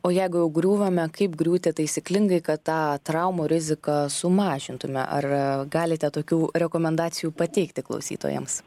o jeigu jau griūvame kaip griūti taisyklingai kad tą traumų riziką sumažintume ar galite tokių rekomendacijų pateikti klausytojams